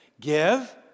Give